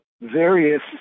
various